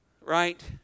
right